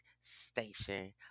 station